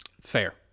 Fair